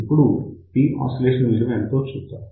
ఇప్పుడు Posc విలువ ఎంతో చూద్దాం